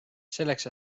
selleks